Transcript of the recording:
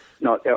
No